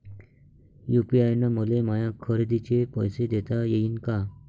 UPI न मले माया खरेदीचे पैसे देता येईन का?